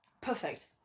Perfect